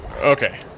Okay